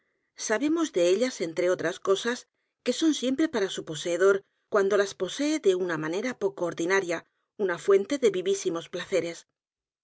sabemos de ellas entre otras cosas que son siempre p a r a su poseedor cuando las posee de una manera poco ordinaria una fuente de vivísimos placeres